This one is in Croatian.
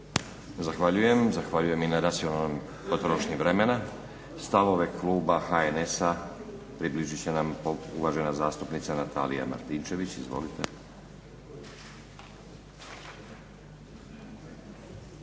Zahvaljujem i na racionalnoj potrošnji vremena. Stavove kluba HNS-a približit će nam uvažena zastupnica Natalija Martinčević. Izvolite.